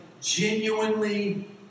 genuinely